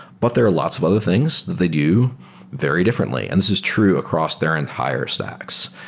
but there are lots of other things they do very differently. and this is true across their entire stacks.